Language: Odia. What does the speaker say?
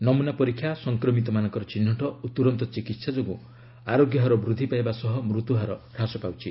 ନମୂନା ପରୀକ୍ଷା ସଂକ୍ରମିତ ମାନଙ୍କର ଚିହ୍ନଟ ଓ ତ୍ରରନ୍ତ ଚିକିତ୍ସା ଯୋଗୁଁ ଆରୋଗ୍ୟହାର ବୃଦ୍ଧି ପାଇବା ସହ ମୃତ୍ୟୁହାର ହ୍ରାସ ପାଉଛି